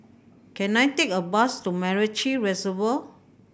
can I take a bus to MacRitchie Reservoir